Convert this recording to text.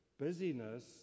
Busyness